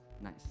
Nice